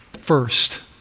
first